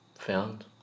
Found